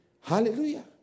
Hallelujah